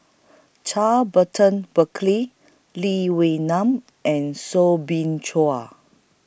Charles Burton Buckley Lee Wee Nam and Soo Bin Chua